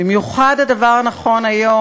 במיוחד הדבר נכון היום,